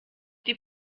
die